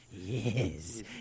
Yes